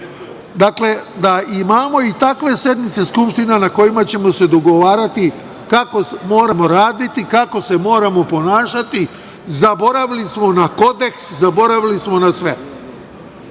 Dakle, da imamo i takve sednice Skupštine na kojima ćemo se dogovarati kako moramo raditi, kako se moramo ponašati. Zaboravili smo na kodeks, zaboravili smo na sve.